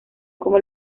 como